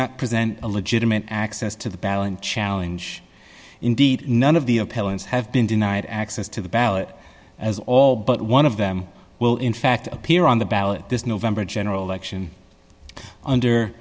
not present a legitimate access to the battle and challenge indeed none of the appellant's have been denied access to the ballot as all but one of them will in fact appear on the ballot this november general election under